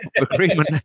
agreement